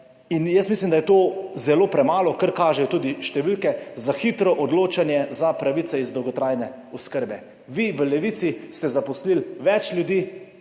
In jaz mislim, da je to zelo premalo. Kar kažejo tudi številke za hitro odločanje za pravice iz dolgotrajne oskrbe. Vi v Levici ste zaposlili več ljudi,